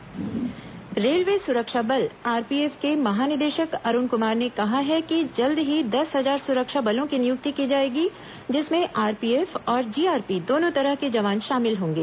railway DG प्रेसवार्ता railway सुरक्षा बल आरपीएफ के महानिदेशक अरुण कुमार ने कहा है कि जल्द ही दस हजार सुरक्षा बलों की नियुक्ति की जाएगी जिसमें आरपीएफ और जीआरपी दोनों तरह के जवान शामिल होंगे